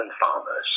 farmers